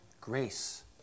grace